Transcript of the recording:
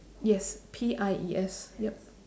yes P I E S yup